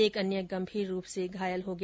एक अन्य गंभीर रूप से घायल हो गया